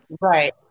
right